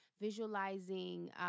visualizing